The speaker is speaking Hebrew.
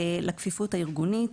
לכפיפות הארגונית,